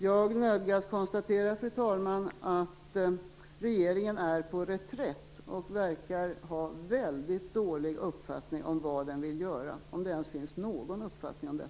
Jag nödgas konstatera att regeringen är på reträtt och verkar ha väldigt dålig uppfattning om vad den vill göra, om den ens har någon uppfattning om det.